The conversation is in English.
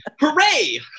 Hooray